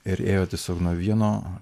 ir ėjo tiesiog nuo vieno